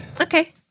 Okay